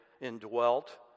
indwelt